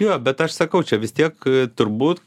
jo bet aš sakau čia vis tiek turbūt